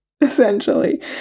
essentially